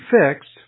fixed